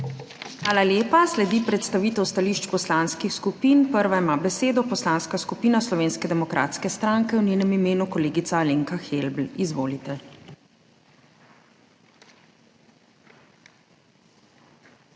Hvala lepa. Sledi predstavitev stališč poslanskih skupin. Prva ima besedo Poslanska skupina Slovenske demokratske stranke, v njenem imenu kolegica Alenka Helbl. Izvolite. ALENKA